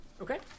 Okay